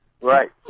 Right